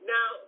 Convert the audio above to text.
Now